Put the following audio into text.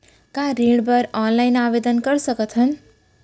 का ऋण बर ऑनलाइन आवेदन कर सकथन?